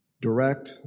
direct